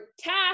task